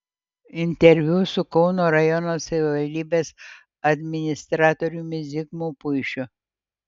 interviu su kauno rajono savivaldybės administratoriumi zigmu puišiu